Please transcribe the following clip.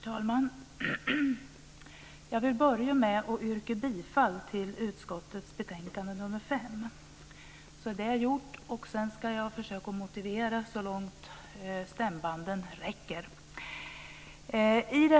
Herr talman! Jag börjar med att yrka bifall till hemställan i utskottets betänkande nr 5. Sedan det är gjort ska jag så långt stämbanden räcker försöka motivera mitt ställningstagande.